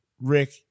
Rick